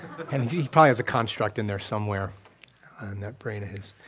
and he probably has a construct in there somewhere in that brain of his.